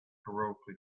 heroically